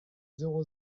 zéro